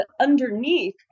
Underneath